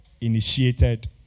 initiated